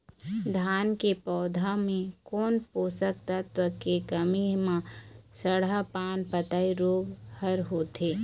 धान के पौधा मे कोन पोषक तत्व के कमी म सड़हा पान पतई रोग हर होथे?